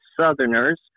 Southerners